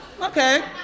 Okay